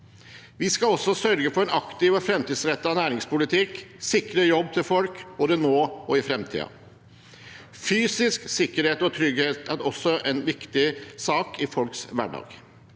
Vi skal også sørge for en aktiv og framtidsrettet næringspolitikk, og sikre jobb til folk, både nå og i framtiden. Fysisk sikkerhet og trygghet er også en viktig sak i folks hverdag.